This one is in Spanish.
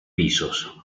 pisos